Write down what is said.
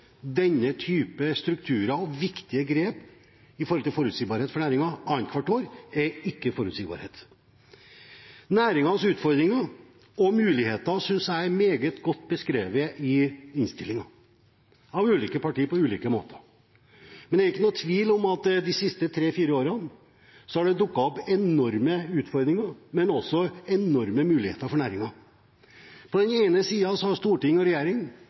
denne type strukturer og viktige grep for næringen annethvert år, er ikke forutsigbarhet. Næringens utfordringer – og muligheter – synes jeg er meget godt beskrevet i innstillingen, av ulike partier på ulike måter. Men det er ingen tvil om at det de siste tre–fire årene har dukket opp enorme utfordringer, men også enorme muligheter for næringen. På den ene siden har storting og regjering